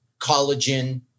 collagen